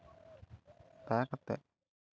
ᱫᱟᱭᱟ ᱠᱟᱛᱮᱫ